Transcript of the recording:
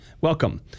welcome